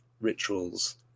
rituals